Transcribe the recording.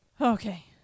Okay